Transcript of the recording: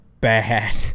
bad